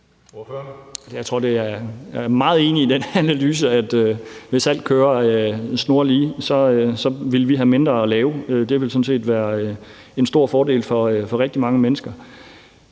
Jeg er meget enig i den analyse, at hvis alt kørte snorlige, ville vi have mindre at lave. Det ville sådan set være en stor fordel for rigtig mange mennesker.